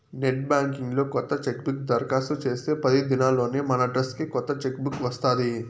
net banking లో కొత్త chequebook దరకాస్తు చేస్తే పది దినాల్లోనే మనడ్రస్కి కొత్త చెక్ బుక్ వస్తాది